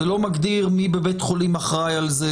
זה לא מגדיר מי בבית חולים אחראי על זה,